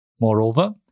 Moreover